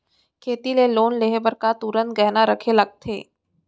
खेती के लोन लेहे बर का तुरंत गहना रखे लगथे?